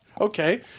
okay